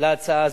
להצעה זו.